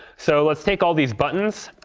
so let's take all these buttons.